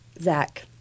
Zach